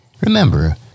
Remember